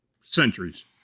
centuries